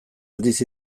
aldiz